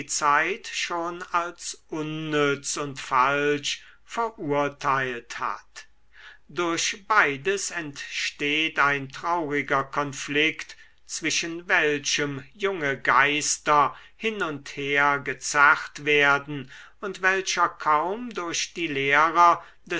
zeit schon als unnütz und falsch verurteilt hat durch beides entsteht ein trauriger konflikt zwischen welchem junge geister hin und her gezerrt werden und welcher kaum durch die lehrer